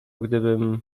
gdybym